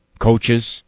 coaches